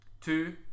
Two